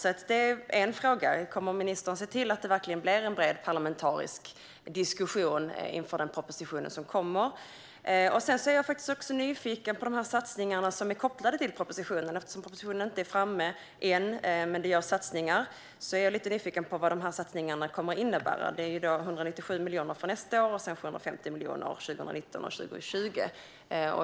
Det är alltså en fråga: Kommer ministern att se till att det verkligen blir en bred parlamentarisk diskussion inför den proposition som kommer? Jag är också nyfiken på de satsningar som är kopplade till propositionen. Eftersom propositionen inte är framme än men det görs satsningar är jag lite nyfiken på vad satsningarna kommer att innebära. Det är alltså 197 miljoner för nästa år och sedan 750 miljoner år 2019 och 2020.